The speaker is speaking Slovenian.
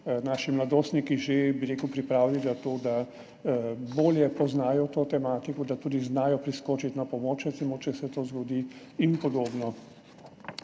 naši mladostniki že pripravljeni na to, da bolje poznajo to tematiko, da tudi znajo recimo priskočiti na pomoč, če se to zgodi, in podobno.